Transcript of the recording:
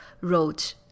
wrote